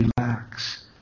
relax